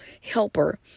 helper